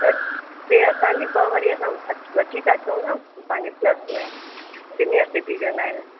त टे असांजी ॿ वरी असां वठी था अचूं न पंहिंजे प्लस में सीनियर सिटीजन आहिनि हा